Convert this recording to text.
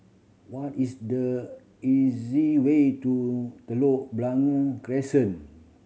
what is the easy way to Telok Blangah Crescent